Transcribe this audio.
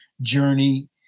journey